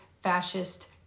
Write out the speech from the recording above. fascist